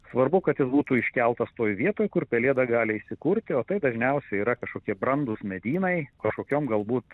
svarbu kad jis būtų iškeltas toj vietoj kur pelėda gali įsikurti o tai dažniausiai yra kažkokie brandūs medynai kažkokiom galbūt